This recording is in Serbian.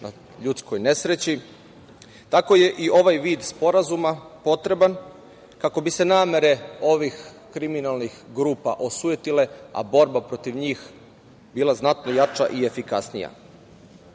na ljudskoj nesreći, tako je i ovaj vid Sporazuma potreban, kako bi se namere ovih kriminalnih grupa osujetile, a borba protiv njih bila znatno jača i efikasnija. Granica